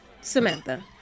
Samantha